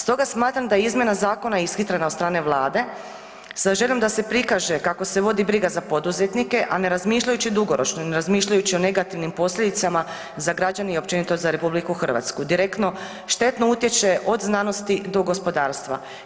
Stoga smatram da je izmjena zakona ishitrena od strane Vlade sa željom da se prikaže kako se vodi briga za poduzetnike, a ne razmišljajući dugoročno, ne razmišljajući o negativnim posljedicama za građane i općenito za RH, direktno štetno utječe od znanosti do gospodarstva.